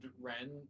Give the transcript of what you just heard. Ren